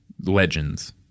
legends